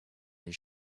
his